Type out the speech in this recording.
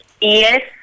Yes